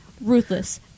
Ruthless